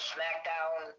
SmackDown